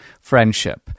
friendship